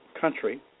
country